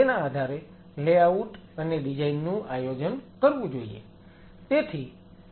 તેના આધારે લેઆઉટ અને ડિઝાઈન નું આયોજન કરવું જોઈએ